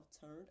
turned